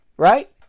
Right